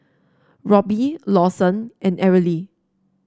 Robby Lawson and Arely